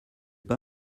pas